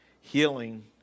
healing